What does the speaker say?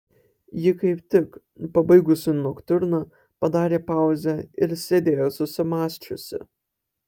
ji kaip tik pabaigusi noktiurną padarė pauzę ir sėdėjo susimąsčiusi